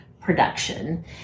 production